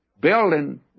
building